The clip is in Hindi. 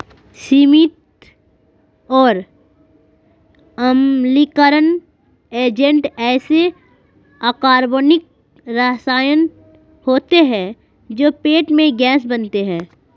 सीमित और अम्लीकरण एजेंट ऐसे अकार्बनिक रसायन होते हैं जो पेट में गैस बनाते हैं